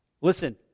Listen